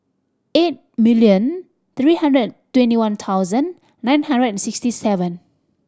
eight million three hundred and twenty one thousand nine hundred and sixty seven